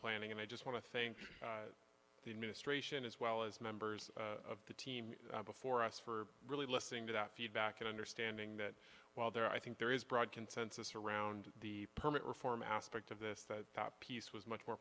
planning and i just want to think the administration as well as members of the team before us for really listening to that feedback and understanding that while there are i think there is broad consensus around the permit reform aspect of this that that piece was much more